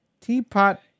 Teapot